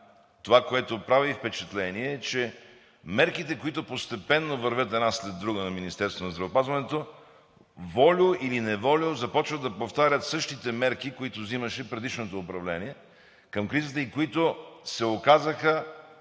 това, което прави впечатление, е, че мерките, които постепенно вървят една след друга на Министерството на здравеопазването, волю или неволю, започват да повтарят същите мерки, които взимаше предишното управление към кризата и които до голяма